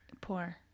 Poor